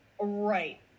right